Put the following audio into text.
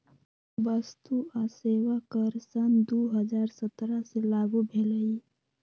वस्तु आ सेवा कर सन दू हज़ार सत्रह से लागू भेलई